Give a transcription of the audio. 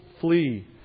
flee